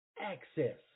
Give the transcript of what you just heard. access